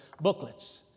booklets